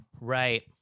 Right